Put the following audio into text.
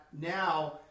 now